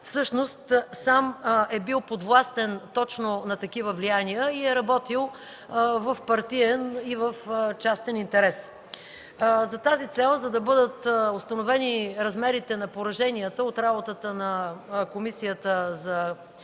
всъщност сам е бил подвластен точно на такива влияния и е работил в партиен и в частен интерес. За да бъдат установени размерите на пораженията от работата на Комисията за